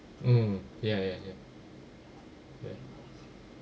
mm ya ya ya ya